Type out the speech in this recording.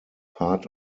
part